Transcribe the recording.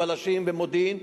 בבלשים ומודיעין,